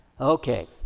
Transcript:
Okay